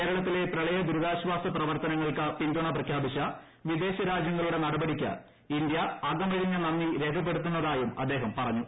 കേരളത്തിലെ പ്രളയ ദുരിതാശ്വാസ പ്രവർത്തനങ്ങൾക്ക് പിന്തുണ പ്രഖ്യാപിച്ച വിദേശ രാജ്യങ്ങളുടെ നടപടിക്ക് ഇന്ത്യ അകമഴിഞ്ഞ നന്ദി രേഖപ്പെടുത്തുന്നതായും അദ്ദേഹം പറഞ്ഞു